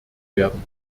werden